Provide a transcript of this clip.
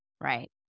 Right